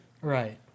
Right